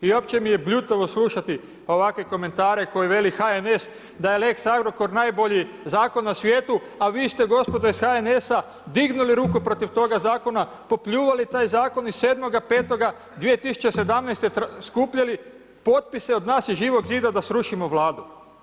I uopće mi je bljutavo slušati ovakve komentare koje veli HNS da je lex Agrokor najbolji zakon na svijetu, a vi ste gospodo iz HNS-a dignuli ruku protiv toga zakona, popljuvali taj zakon iz 7.5.2017. skupljali potpise od nas iz Živog zida da srušimo Vladu.